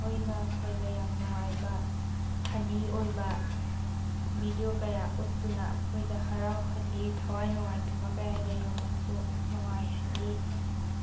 ꯃꯈꯣꯏꯅ ꯑꯩꯈꯣꯏꯗ ꯌꯥꯝ ꯅꯨꯡꯉꯥꯏꯕ ꯐꯅꯤ ꯑꯣꯏꯕ ꯕꯤꯗꯤꯑꯣ ꯀꯌꯥ ꯎꯠꯇꯨꯅ ꯑꯩꯈꯣꯏꯗ ꯍꯔꯥꯎ ꯍꯜꯂꯤ ꯊꯋꯥꯏ ꯅꯨꯡꯉꯥꯏꯇꯕ ꯀꯌꯥ ꯂꯩꯔꯝꯃꯁꯨ ꯅꯨꯡꯉꯥꯏꯍꯜꯂꯤ